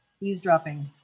eavesdropping